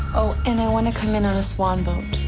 oh, and i want to come in on a swan boat